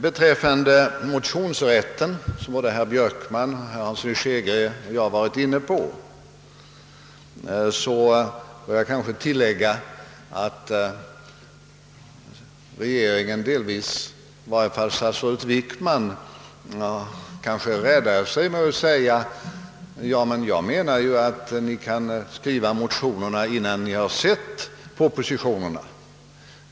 Beträffande motionsrätten, som både herr Björkman, herr Hansson i Skegrie och jag varit inne på, räddar sig kan ske regeringen delvis — i varje fall statsrådet Wickman — genom att säga: Ja, men ni kan ju skriva motionerna innan ni har sett propositionerna.